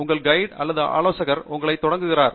உங்கள் கைடு அல்லது ஆலோசகர் உங்களைத் தொடங்குகிறார்